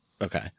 okay